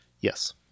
Yes